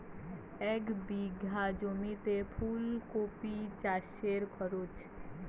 এক বিঘে জমিতে ফুলকপি চাষে খরচ?